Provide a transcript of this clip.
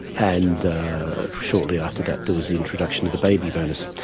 and shortly after that there was the introduction of the baby bonus.